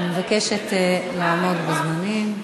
מבקשת לעמוד בזמנים.